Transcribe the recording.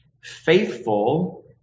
Faithful